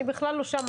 אני בכלל לא שם,